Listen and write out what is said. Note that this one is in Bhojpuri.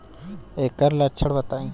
ऐकर लक्षण बताई?